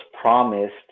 promised